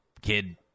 kid